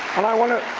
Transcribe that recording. and i want to